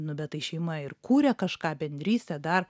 nu bet tai šeima ir kuria kažką bendrystę dar